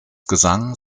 gesang